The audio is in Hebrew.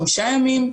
חמישה ימים,